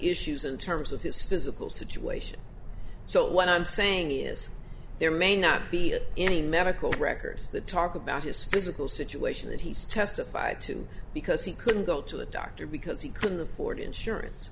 issues in terms of his physical situation so what i'm saying is there may not be any medical records that talk about his physical situation that he's testified too because he couldn't go to the doctor because he couldn't afford insurance